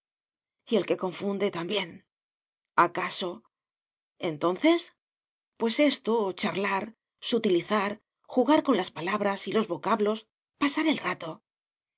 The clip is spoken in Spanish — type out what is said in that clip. el que confunde también acaso entonces pues esto charlar sutilizar jugar con las palabras y los vocablos pasar el rato